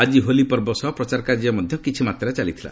ଆଜି ହୋଲି ପର୍ବ ସହ ପ୍ରଚାର କାର୍ଯ୍ୟ ମଧ୍ୟ କିଛି ମାତ୍ରାରେ ଚାଲିଥିଲା